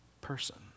person